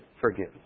forgiveness